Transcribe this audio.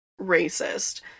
racist